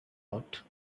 out